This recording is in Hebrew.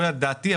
לא ידעתי,